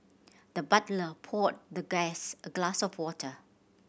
the butler poured the guest a glass of water